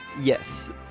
Yes